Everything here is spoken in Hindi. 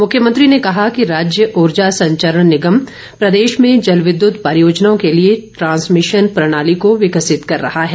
मुख्यमंत्री ने कहा कि राज्य ऊर्जा संचरण निगम प्रदेश में जल विद्यत परियोजनाओं के लिए ट्रांसमिशन प्रणाली को विकसित कर रहा है